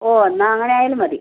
ഓഹ് എന്നാൽ അങ്ങനെ ആയാലും മതി